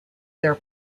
their